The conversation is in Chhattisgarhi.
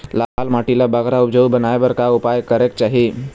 लाल माटी ला बगरा उपजाऊ बनाए बर का उपाय करेक चाही?